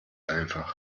einfach